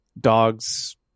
dogs